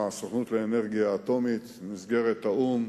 הסוכנות לאנרגיה אטומית במסגרת האו"ם,